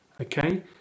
okay